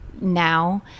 now